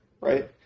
right